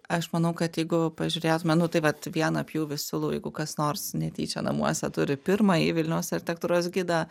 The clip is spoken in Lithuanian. aš manau kad jeigu pažiūrėtume nu tai vat vieną pjūvį siūlau jeigu kas nors netyčia namuose turi pirmąjį vilniaus architektūros gidą